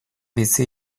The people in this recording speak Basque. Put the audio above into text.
bizi